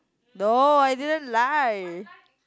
no I didn't lie